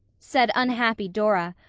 said unhappy dora,